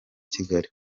kigali